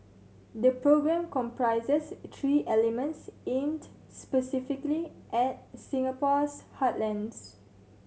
the programme comprises three elements aimed specifically at Singapore's heartlands